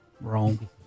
Wrong